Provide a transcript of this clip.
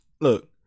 Look